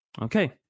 Okay